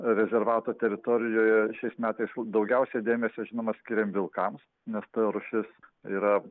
rezervato teritorijoje šiais metais daugiausiai dėmesio žinoma skyrėm vilkams nes ta rūšis yra